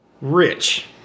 Rich